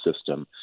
system